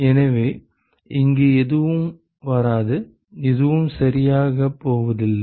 எனவே இங்கு எதுவும் வராது எதுவும் சரியாகப் போவதில்லை